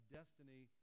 destiny